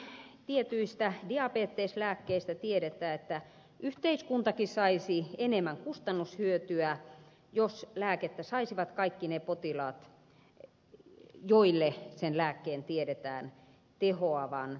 esimerkiksi tietyistä diabeteslääkkeistä tiedetään että yhteiskuntakin saisi enemmän kustannushyötyä jos lääkettä saisivat kaikki ne potilaat joille sen lääkkeen tiedetään tehoavan